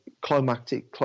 climactic